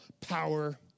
power